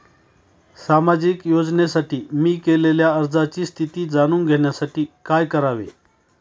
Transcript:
सामाजिक योजनेसाठी मी केलेल्या अर्जाची स्थिती जाणून घेण्यासाठी काय करावे?